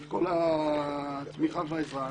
את כל התמיכה והעזרה.